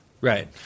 Right